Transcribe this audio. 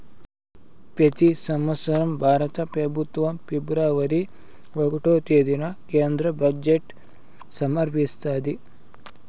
పెతి సంవత్సరం భారత పెబుత్వం ఫిబ్రవరి ఒకటో తేదీన కేంద్ర బడ్జెట్ సమర్పిస్తాది